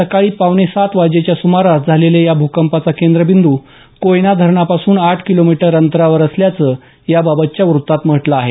सकाळी पावणे सात वाजेच्या सुमारास झालेल्या या भूकंपाचा केंद्रबिंद् कोयना धरणापासून आठ किलोमीटर अंतरावर असल्याचं याबाबतच्या वृत्तात म्हटलं आहे